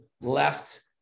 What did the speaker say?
left